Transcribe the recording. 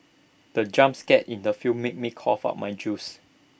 the jump scare in the film made me cough out my juice